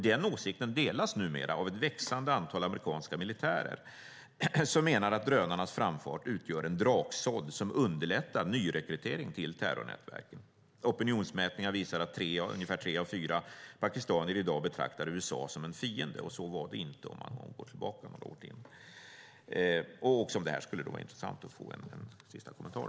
Den åsikten delas numera av ett växande antal amerikanska militärer, som menar att drönarnas framfart utgör en draksådd som underlättar nyrekrytering till terrornätverken. Opinionsmätningar visar att ungefär tre av fyra pakistanier i dag betraktar USA som en fiende. Så var det inte om man går tillbaka några årtionden. Också om det här skulle det vara intressant att få en sista kommentar.